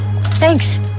Thanks